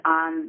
on